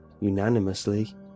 unanimously